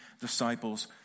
disciples